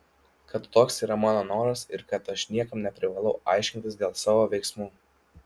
kad toks yra mano noras ir kad aš niekam neprivalau aiškintis dėl savo veiksmų